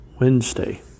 Wednesday